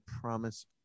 promise